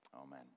amen